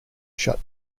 shut